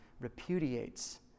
repudiates